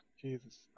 Jesus